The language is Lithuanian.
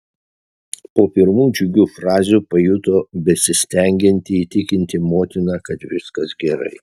po pirmų džiugių frazių pajuto besistengianti įtikinti motiną kad viskas gerai